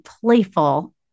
playful